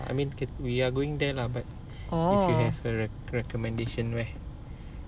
I mean we are going there lah but you have a rec~ recommendation where